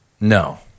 No